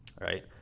right